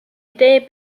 idee